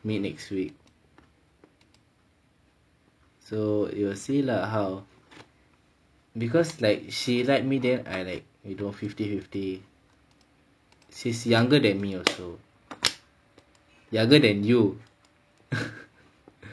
meet next week so you will see lah how because like she like me then I like you know fifty fifty she's younger than me also younger than you